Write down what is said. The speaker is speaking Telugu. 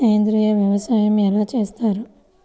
సేంద్రీయ వ్యవసాయం ఎలా చేస్తారు?